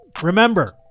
Remember